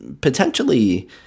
potentially